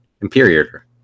Imperator